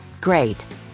great